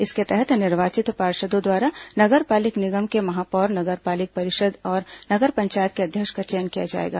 इसके तहत निर्वाचित पार्षदों द्वारा नगर पालिक निगम के महापौर नगर पालिक परिषद और नगर पंचायत के अध्यक्ष का चयन किया जाएगा